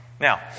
Now